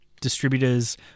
distributors